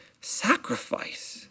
sacrifice